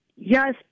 Yes